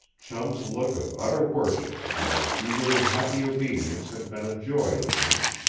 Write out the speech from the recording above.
chum's look of utter worship and his eagerly happy obedience had been a joy to link.